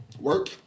work